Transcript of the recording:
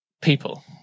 people